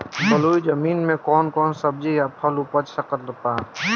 बलुई जमीन मे कौन कौन सब्जी या फल उपजा सकत बानी?